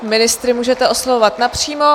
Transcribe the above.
Ministry můžete oslovovat napřímo.